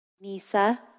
Nisa